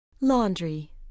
Laundry